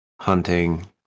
hunting